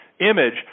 image